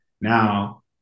Now